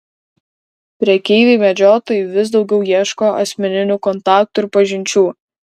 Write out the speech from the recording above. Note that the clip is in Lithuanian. prekeiviai medžiotojai vis daugiau ieško asmeninių kontaktų ir pažinčių